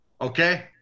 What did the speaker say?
Okay